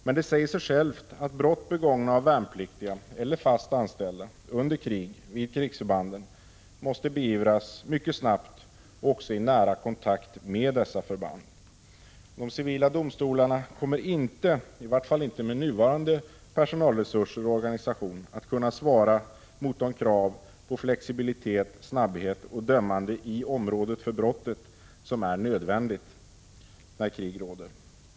Men det säger sig självt att brott som under krig begås vid krigsförbanden av värnpliktiga eller fast anställda måste beivras mycket snabbt och i nära kontakt med förbanden. De civila domstolarna kommer inte, i varje fall inte med nuvarande personalresurser och organisation, att kunna svara mot de krav på flexibilitet, snabbhet och dömande i området för brottet som är nödvändiga när krig råder.